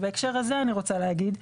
ובהקשר הזה אני רוצה להגיד,